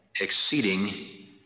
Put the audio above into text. exceeding